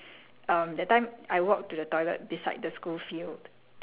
and then our P_E attire is damn ugly and everybody have the same P_E attire so like